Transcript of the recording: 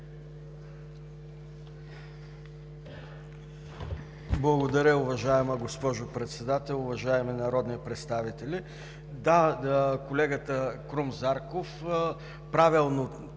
Благодаря, уважаема госпожо Председател. Уважаеми народни представители, да – колегата Крум Зарков правилно